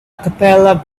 capella